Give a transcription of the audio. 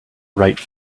write